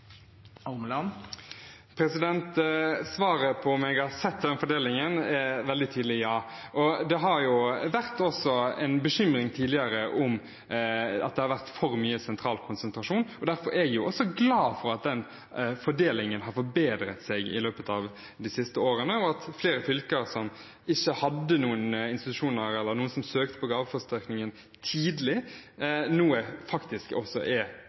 Svaret på om jeg har sett den fordelingen, er veldig tydelig ja, og det har også vært en bekymring tidligere at det har vært for mye sentral konsentrasjon. Derfor er jeg glad for at fordelingen har forbedret seg i løpet av de siste årene, og at flere fylker som ikke hadde noen institusjoner eller noen som søkte på gaveforsterkningen tidligere, nå faktisk er